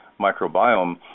microbiome